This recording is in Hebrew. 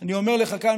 אני אומר לך כאן,